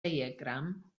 diagram